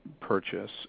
purchase